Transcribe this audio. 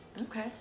Okay